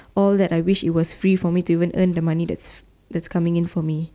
all that I wish it was free for me to even to earn the money that's that's coming in for me